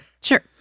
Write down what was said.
sure